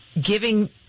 Giving